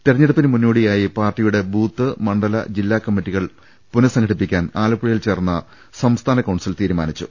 തെരഞ്ഞെടുപ്പിന് മുന്നോടി യായി പാർട്ടിയുടെ ബൂത്ത് മണ്ഡല ജില്ലാ കമ്മിറ്റികൾ പുന സംഘടിപ്പിക്കാൻ ആലപ്പുഴയിൽ ചേർന്ന സംസ്ഥാന കൌൺസിൽ തീരുമാനിച്ചു